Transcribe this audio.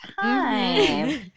time